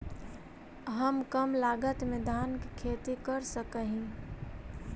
हम कम लागत में धान के खेती कर सकहिय?